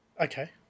Okay